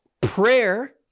Prayer